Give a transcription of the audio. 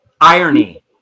irony